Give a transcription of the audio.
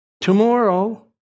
Tomorrow